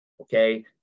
okay